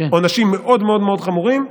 עונשים מאוד מאוד מאוד חמורים,